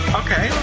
okay